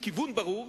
כיוון ברור,